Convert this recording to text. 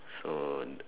so